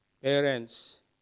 Parents